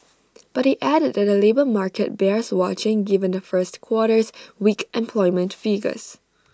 but they added that the labour market bears watching given the first quarter's weak employment figures